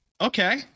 okay